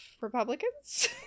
Republicans